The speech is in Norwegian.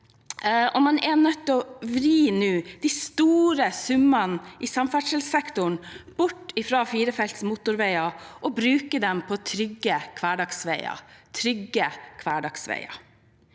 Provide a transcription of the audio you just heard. Man er nå nødt til å vri de store summene i samferdselssektoren bort fra firefelts motorveier og bruke dem på trygge hverdagsveier. Vi mener at de